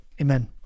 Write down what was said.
amen